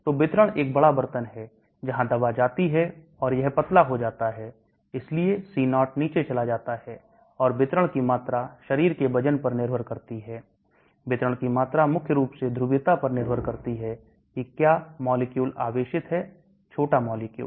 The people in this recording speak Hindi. तो वितरण एक बड़ा बर्तन है जहां दवा जाती है और यह पतला हो जाता है इसलिए C0 नीचे चला जाता है और वितरण की मात्रा शरीर के वजन पर निर्भर करती है वितरण की मात्रा मुख्य रूप से ध्रुवीयता पर निर्भर करती है कि क्या मॉलिक्यूल आवेशित है छोटा मॉलिक्यूल